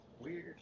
Weird